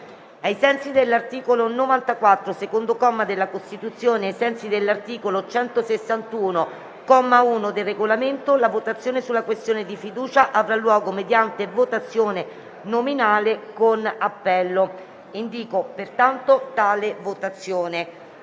ai sensi dell'articolo 94, secondo comma, della Costituzione e ai sensi dell'articolo 161, comma 1, del Regolamento, la votazione sulla questione di fiducia avrà luogo mediante votazione nominale con appello. Come stabilito dalla Conferenza